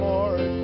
Lord